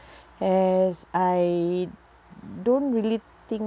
as I don't really think